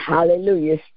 Hallelujah